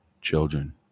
children